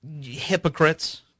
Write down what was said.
hypocrites